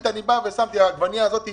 אני ארשום שהעגבנייה הזאת מישראל,